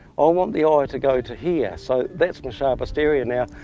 i want the ah eye to go to here, so that's my sharpest area. now,